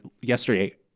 yesterday